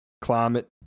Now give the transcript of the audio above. climate